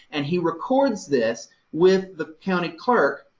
and he records this with the county clerk,